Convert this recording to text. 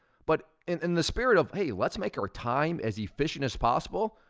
but in the spirit of, hey, let's make our time as efficient as possible.